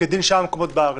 כדין שאר המקומות בארץ.